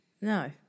No